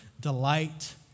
delight